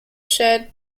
shared